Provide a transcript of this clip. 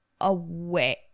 away